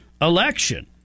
election